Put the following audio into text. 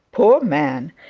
poor man,